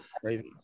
crazy